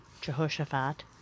Jehoshaphat